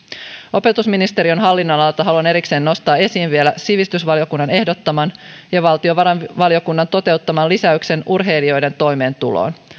opetusministeriön hallinnonalalta haluan erikseen nostaa esiin vielä sivistysvaliokunnan ehdottaman ja valtiovarainvaliokunnan toteuttaman lisäyksen urheilijoiden toimeentuloon